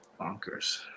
bonkers